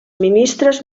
ministres